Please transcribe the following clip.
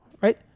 right